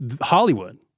Hollywood